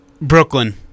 Brooklyn